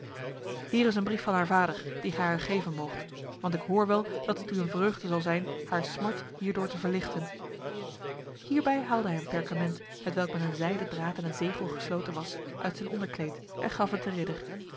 hier is een brief van haar vader die gij haar geven moogt want ik hoor wel dat het u een vreugde zijn zal haar smart hierdoor te verlichten hierbij haalde hij een perkament hetwelk met een zijden draad en een zegel gesloten was uit zijn onderkleed en gaf het de ridder